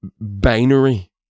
binary